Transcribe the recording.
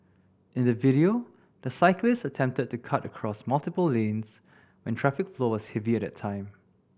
in the video the cyclist attempted to cut across multiple lanes when traffic flow was heavy at that time